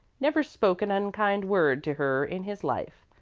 never spoke an unkind word to her in his life,